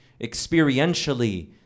experientially